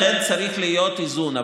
לכן צריך להיות איזון.